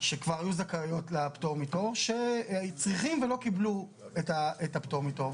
שכבר היו זכאיות לפטור מתור שצריכים ולא קיבלו את הפטור מתור,